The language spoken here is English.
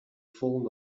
fallen